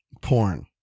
Porn